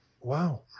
wow